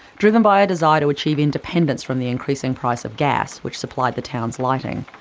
driven by a desire to achieve independence from the increasing price of gas, which supplied the town's lighting,